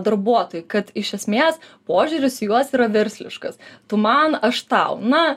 darbuotojų kad iš esmės požiūris į juos yra versliškas tu man aš tau na